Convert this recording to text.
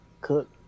cook